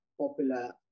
popular